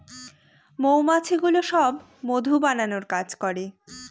মৌমাছিগুলো সব মধু বানানোর কাজ করে